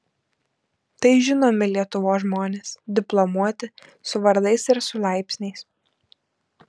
tai žinomi lietuvos žmonės diplomuoti su vardais ir su laipsniais